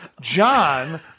John